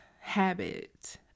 habit